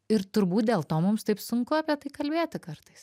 ir turbūt dėl to mums taip sunku apie tai kalbėti kartais